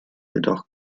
jedoch